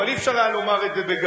אבל לא היה אפשר לומר את זה בגלוי,